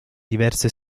diverse